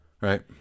right